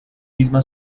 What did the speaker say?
misma